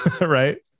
right